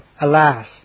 Alas